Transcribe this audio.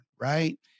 Right